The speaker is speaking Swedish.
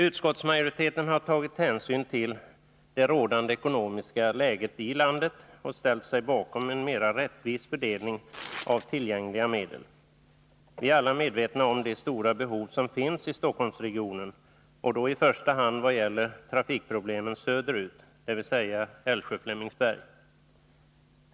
Utskottsmajoriteten har tagit hänsyn till det rådande ekonomiska läget i landet och ställt sig bakom en mera rättvis fördelning av tillgängliga medel. Vi är alla medvetna om de stora behov som finns i Stockholmsregionen, och då i första hand när det gäller trafikproblemen söderut — dvs. på sträckan Älvsjö-Flemingsberg.